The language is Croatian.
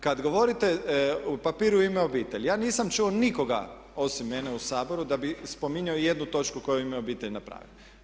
Kad govorite o papiru u ime obitelji. ja nisam čuo nikoga osim mene u Saboru da bi spominjao i jednu točku koja je u ime obitelji napravila.